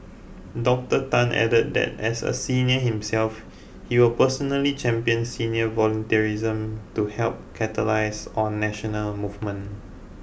Dr Tan added that as a senior himself he will personally champion senior volunteerism to help catalyse on national movement